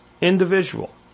individual